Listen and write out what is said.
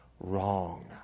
wrong